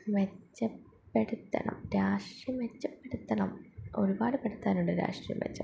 മെച്ചപ്പെടുത്തണം രാഷ്ട്രീയം മെച്ചപ്പെടുത്തണം ഒരുപാട് പേടുത്താനുണ്ട് രാഷ്ട്രീയം മെച്ചം